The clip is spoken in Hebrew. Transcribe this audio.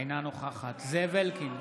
אינה נוכחת זאב אלקין,